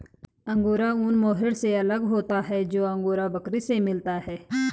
angora ऊन mohair से अलग होता है जो अंगोरा बकरी से मिलता है